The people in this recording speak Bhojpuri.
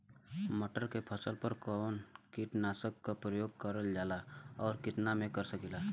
मटर के फसल पर कवन कीटनाशक क प्रयोग करल जाला और कितना में कर सकीला?